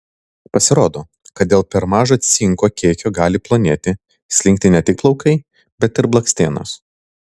pasirodo kad dėl per mažo cinko kiekio gali plonėti slinkti ne tik plaukai bet ir blakstienos